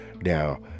now